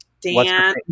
Dan